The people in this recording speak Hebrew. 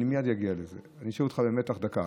אני מייד אגיע לזה, אני אשאיר אותך במתח דקה.